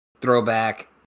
throwback